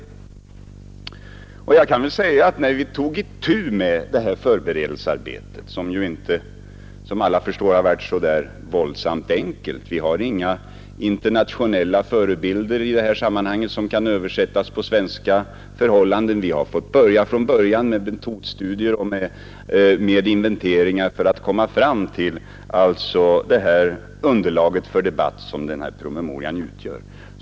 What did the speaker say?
Då vi tog itu med det här förberedelsearbetet, vilket som alla förstår inte varit så enkelt, hade vi inga internationella förebilder som kan översättas på svenska förhållanden. Vi började med metodstudier och inventeringar för att komma fram till det underlag för debatt som den här promemorian utgör.